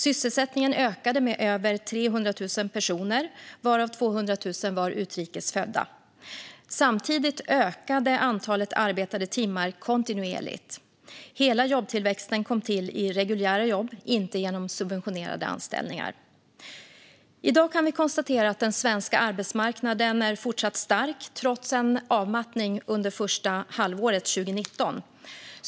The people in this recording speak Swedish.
Sysselsättningen ökade med över 300 000 personer, varav 200 000 var utrikes födda. Samtidigt ökade antalet arbetade timmar kontinuerligt. Hela jobbtillväxten kom till i reguljära jobb, inte genom subventionerade anställningar. I dag kan vi konstatera att den svenska arbetsmarknaden är fortsatt stark trots en avmattning under första halvåret 2019.